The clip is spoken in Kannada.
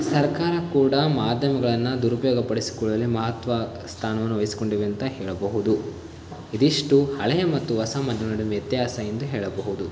ಸರ್ಕಾರ ಕೂಡ ಮಾದ್ಯಮಗಳನ್ನು ದುರುಪಯೋಗಪಡಿಸಿಕೊಳ್ಳುವಲ್ಲಿ ಮಹತ್ವ ಸ್ಥಾನವನ್ನು ವಹಿಸಿಕೊಂಡಿವೆ ಅಂತ ಹೇಳಬಹುದು ಇದಿಷ್ಟು ಹಳೆಯ ಮತ್ತು ಹೊಸ ಮಾಧ್ಯಮ ನಡುವಿನ ವ್ಯತ್ಯಾಸ ಎಂದು ಹೇಳಬಹುದು